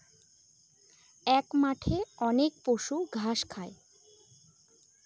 এক মাঠে অনেক পশু ঘাস খায়